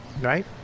Right